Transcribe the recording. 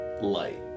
Light